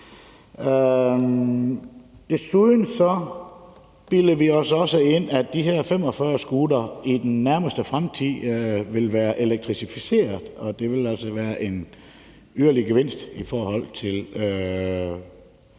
Desuden bilder vi os også ind, at de her knallert 45 i den nærmeste fremtid vil blive elektrificeret, og det vil altså være en yderligere gevinst i forhold til